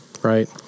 right